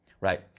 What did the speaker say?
right